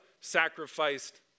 sacrificed